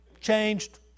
changed